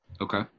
okay